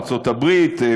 ארצות הברית,